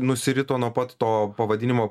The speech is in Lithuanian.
nusirito nuo pat to pavadinimo